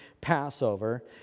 Passover